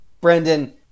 Brendan